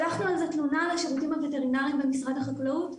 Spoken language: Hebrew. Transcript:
שלחנו על זה תלונה לשירותים הווטרינריים במשרד החקלאות,